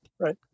Right